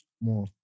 more